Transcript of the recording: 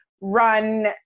run